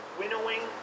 winnowing